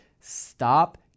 Stop